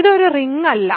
ഇത് റിംഗ് അല്ല